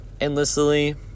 endlessly